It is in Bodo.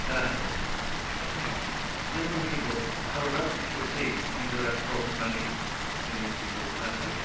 राहा दं ओंखाय जों मिथिगौ भारतआ बिसेसै हिन्दु राष्ट्र होन्नानै जों मोनथिगौ नाथाय